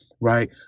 Right